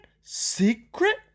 Secret